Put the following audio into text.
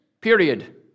Period